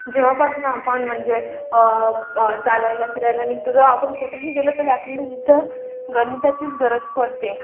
जेव्हापासून आपण म्हणजे चालायला फिरायला निघतो तेव्हा आपण कुठंही गेलो तरी आपल्याला इथं गणिताचीच गरज पडते